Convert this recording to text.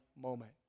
moment